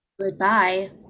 Goodbye